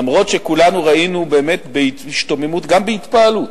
אף שכולנו ראינו בהשתוממות, גם בהתפעלות,